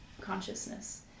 consciousness